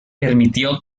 permitió